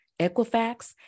Equifax